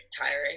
tiring